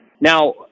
Now